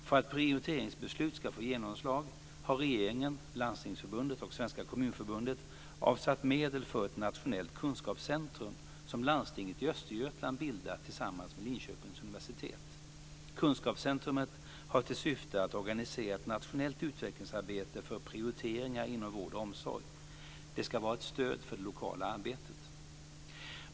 För att prioriteringsbeslutet ska få genomslag har regeringen, Landstingsförbundet och Svenska Kommunförbundet avsatt medel för ett nationellt kunskapscentrum som Landstinget i Östergötland bildat tillsammans med Linköpings universitet. Kunskapscentrumet har till syfte att organisera ett nationellt utvecklingsarbete för prioriteringar inom vård och omsorg. Det ska vara ett stöd för det lokala arbetet.